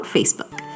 Facebook